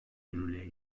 yürürlüğe